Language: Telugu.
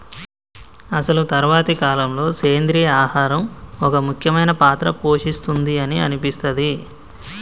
అసలు తరువాతి కాలంలో, సెంద్రీయ ఆహారం ఒక ముఖ్యమైన పాత్ర పోషిస్తుంది అని అనిపిస్తది